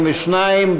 42,